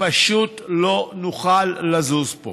פשוט לא נוכל לזוז פה.